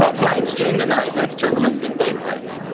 ah flights during the night less turbulent than day flights?